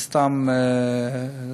זה סתם לידיעה.